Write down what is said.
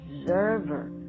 observer